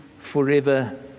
forever